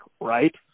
right